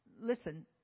Listen